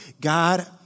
God